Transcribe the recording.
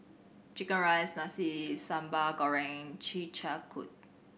chicken rice Nasi Sambal Goreng Chi Kak Kuih